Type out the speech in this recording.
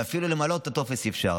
ואפילו למלא את הטופס אי-אפשר,